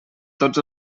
tots